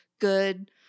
good